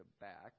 back